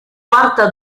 quarta